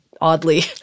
oddly